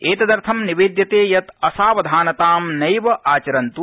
एतदर्थं निवेद्यते यत् असावधानता नैव आचरन्तु